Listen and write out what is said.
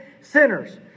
sinners